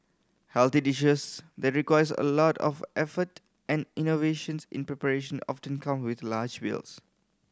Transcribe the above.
healthy dishes that requires a lot of effort and innovations in preparation often turn come with large bills